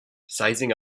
sizing